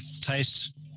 taste